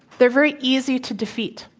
they're very easy to defeat.